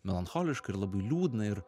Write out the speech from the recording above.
melancholiška ir labai liūdna ir